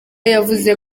yavuze